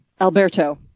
Alberto